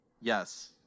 Yes